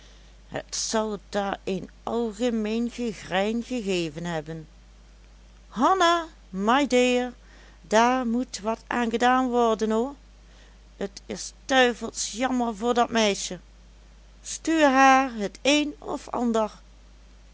het zal daar een algemeen gegrijn gegeven hebben hanna my dear daar moet wat aan gedaan worden hoor t is duivels jammer voor dat meisje stuur haar het een of ander